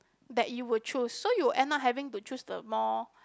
that you would choose so you end up having to choose the more